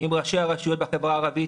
עם ראשי הרשויות בחברה הערבית,